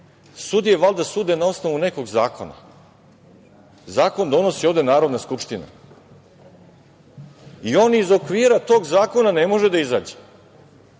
sudije valjda sude na osnovu nekog zakona. Zakon donosi ovde Narodna skupština i on iz okvira tog zakona ne može da izađe.